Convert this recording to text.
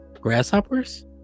Grasshoppers